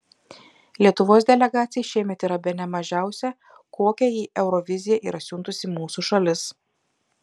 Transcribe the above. lietuvos delegacija šiemet yra bene mažiausia kokią į euroviziją yra siuntusi mūsų šalis